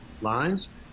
lines